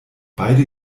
beide